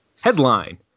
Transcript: headline